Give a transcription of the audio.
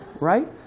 right